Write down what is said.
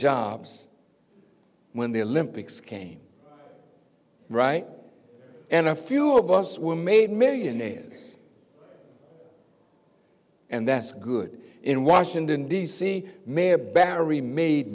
jobs when the olympics came right and a few of us were made millionaires and that's good in washington d c mayor barry made